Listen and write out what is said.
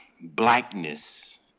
blackness